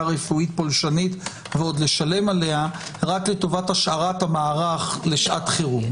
רפואית פולשנית ועוד לשלם עליה רק לטובת השארת המערך לשעת חירום.